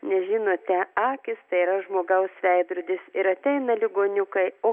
nežinote akys tai yra žmogaus veidrodis ir ateina ligoniukai o